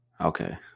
Okay